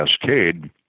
Cascade